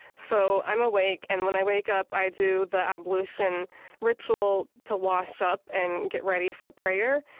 so i'm awake, and when i wake up, i do the ablution ritual to wash up and get ready for prayer,